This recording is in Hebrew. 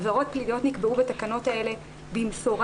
עבירות פליליות נקבעו בתקנות האלה במסורה,